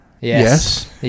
Yes